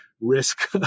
risk